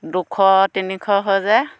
দুশ তিনিশ হৈ যায়